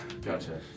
Gotcha